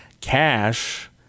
Cash